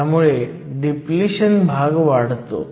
ह्यामुळे डिप्लिशन भाग वाढतो